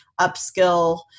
upskill